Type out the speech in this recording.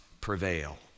prevail